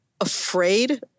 afraid